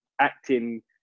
acting